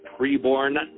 Preborn